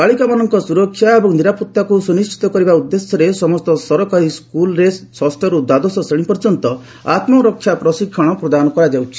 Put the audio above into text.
ବାଳିକାମାନଙ୍କ ସୁରକ୍ଷା ଓ ନିରାପଭାକୁ ସୁନିଣ୍ଢିତ କରିବା ଉଦ୍ଦେଶ୍ୟରେ ସମସ୍ତ ସରକାରୀ ସ୍କୁଲରେ ଷଷ୍ଠରୁ ଦ୍ୱାଦଶ ଶ୍ରେଣୀ ପର୍ଯ୍ୟନ୍ତ ଆତ୍କରକ୍ଷା ପ୍ରଶିକ୍ଷଣ ପ୍ରଦାନ କରାଯାଉଛି